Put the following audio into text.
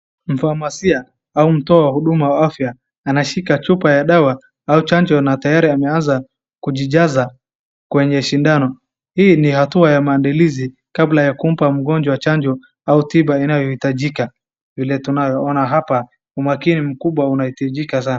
Mfamasia au mtoa huduma wa afya anashika chupa ya dawa au chanjo na tayari ameanza kujijjaza kwenye sindano. Hii ni hatua ya maandalizi kabla ya kumpa mgonjwa chanjo au tiba inayohitajika. Vile tunaye ona hapa umakini mkubwa unahitajika sana.